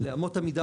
לאמות המידה